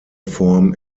form